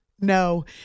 No